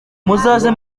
muzaze